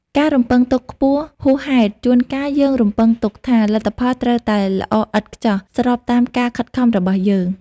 ការរំពឹងទុកខ្ពស់ហួសហេតុជួនកាលយើងរំពឹងទុកថា លទ្ធផលត្រូវតែល្អឥតខ្ចោះ ស្របតាមការខិតខំរបស់យើង។